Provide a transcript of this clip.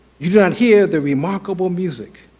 you don't hear the remarkable music.